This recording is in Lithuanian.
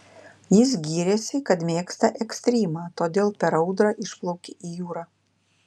jis gyrėsi kad mėgsta ekstrymą todėl per audrą išplaukė į jūrą